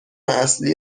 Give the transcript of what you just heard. اصلی